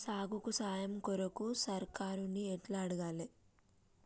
సాగుకు సాయం కొరకు సర్కారుని ఎట్ల అడగాలే?